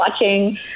watching